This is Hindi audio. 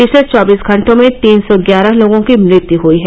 पिछले चौबीस घंटों में तीन सौ ग्यारह लोगों की मृत्यु हुयी है